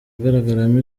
agaragaramo